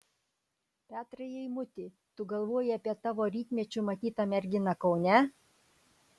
petrai eimuti tu galvoji apie tavo rytmečiu matytą merginą kaune